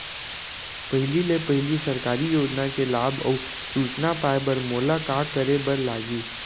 पहिले ले पहिली सरकारी योजना के लाभ अऊ सूचना पाए बर मोला का करे बर लागही?